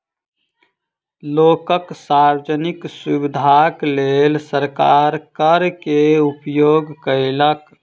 लोकक सार्वजनिक सुविधाक लेल सरकार कर के उपयोग केलक